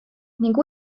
ning